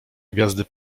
gwiazdy